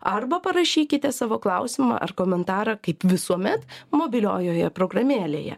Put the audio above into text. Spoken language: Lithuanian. arba parašykite savo klausimą ar komentarą kaip visuomet mobiliojoje programėlėje